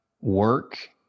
work